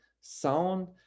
sound